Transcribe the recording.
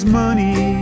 money